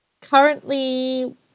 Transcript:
currently